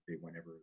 whenever